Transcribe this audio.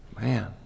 Man